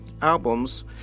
albums